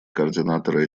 координатора